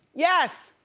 yes.